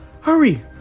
hurry